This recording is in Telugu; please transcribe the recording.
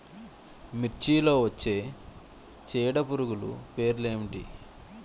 మిర్చిలో వచ్చే చీడపురుగులు పేర్లు ఏమిటి?